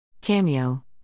Cameo